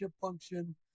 function